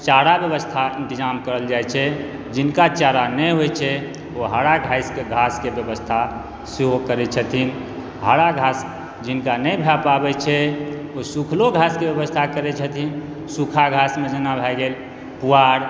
चारा व्यवस्था इन्तजाम करल जाि छै जिनका चारा नहि होइ छै ओ हरा घास घासके व्यवस्था सेहो करै छथिन हरा घास जिनका नहि भऽ पाबै छै उ सूखलो घासके व्यवस्था करै छथिन सूखा घासमे जेना भए गेल पुआर